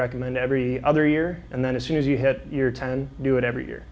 recommend every other year and then as soon as you hit your ten do it every year